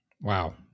Wow